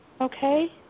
Okay